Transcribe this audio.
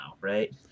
right